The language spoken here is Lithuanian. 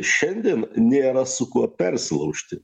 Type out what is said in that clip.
šiandien nėra su kuo persilaužti